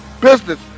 business